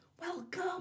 welcome